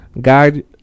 guide